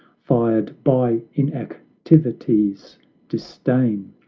fired by inactivity's disdain,